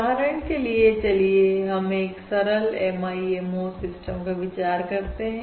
उदाहरण के लिए चलिए हम एक सरल MIMO सिस्टम का विचार करते हैं